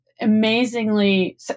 amazingly